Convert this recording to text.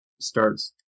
starts